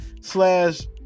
slash